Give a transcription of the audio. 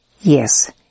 Yes